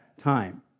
time